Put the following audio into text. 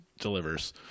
delivers